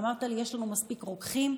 אמרת לי: יש לנו מספיק רוקחים,